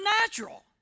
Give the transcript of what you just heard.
natural